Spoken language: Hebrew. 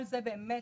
כל זה על מנת